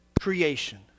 creation